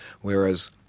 Whereas